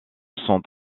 sont